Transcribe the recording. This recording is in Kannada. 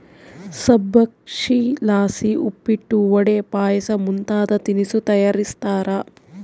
ಸಬ್ಬಕ್ಶಿಲಾಸಿ ಉಪ್ಪಿಟ್ಟು, ವಡೆ, ಪಾಯಸ ಮುಂತಾದ ತಿನಿಸು ತಯಾರಿಸ್ತಾರ